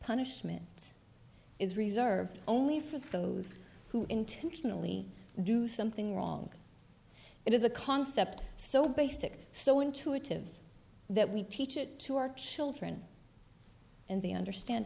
punishment is reserved only for those who intentionally do something wrong it is a concept so basic so intuitive that we teach it to our children and they understand